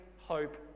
hope